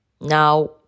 Now